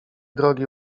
drogi